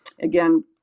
again